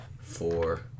four